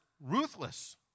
ruthless